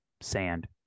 sand